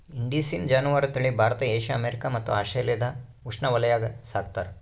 indicine ಜಾನುವಾರು ತಳಿ Bharat Asia America ಮತ್ತು ಆಸ್ಟ್ರೇಲಿಯಾದ ಉಷ್ಣವಲಯಾಗ ಸಾಕ್ತಾರ